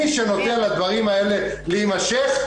מי שנותן לדברים האלה להימשך,